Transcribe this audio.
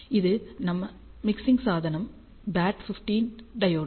இது நம்ம மிக்சிங் சாதனம் BAT15 டையோடு